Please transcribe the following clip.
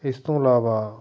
ਇਸ ਤੋਂ ਇਲਾਵਾ